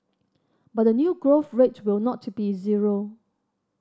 but the new growth rate will not be zero